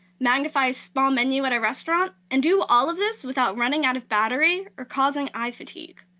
magnify a small menu at a restaurant, and do all of this without running out of battery or causing eye fatigue.